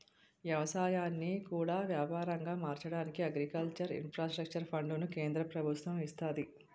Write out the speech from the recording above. ఎవసాయాన్ని కూడా యాపారంగా మార్చడానికి అగ్రికల్చర్ ఇన్ఫ్రాస్ట్రక్చర్ ఫండును కేంద్ర ప్రభుత్వము ఇస్తంది